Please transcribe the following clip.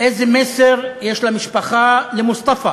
איזה מסר יש למשפחה, למוסטפא,